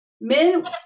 men